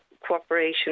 cooperation